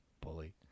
Bully